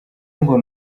ngo